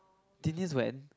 Dineas went